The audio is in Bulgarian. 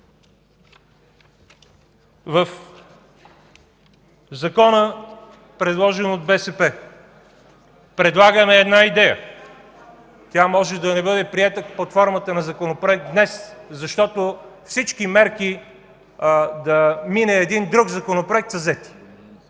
В Законопроекта, предложен от БСП, предлагаме една идея – тя може да не бъде приета под формата на законопроект днес, защото всички мерки да мине един друг законопроект са взети.